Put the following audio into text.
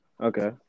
Okay